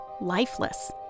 lifeless